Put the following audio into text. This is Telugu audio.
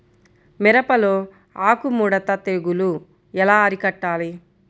మిరపలో ఆకు ముడత తెగులు ఎలా అరికట్టాలి?